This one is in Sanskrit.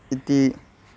इति